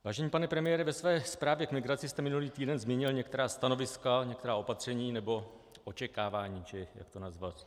Vážený pane premiére, ve své zprávě k migraci jste minulý týden zmínil některá stanoviska, některá opatření nebo očekávání, či jak to nazvat.